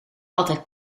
altijd